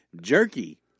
Jerky